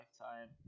lifetime